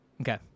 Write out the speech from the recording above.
Okay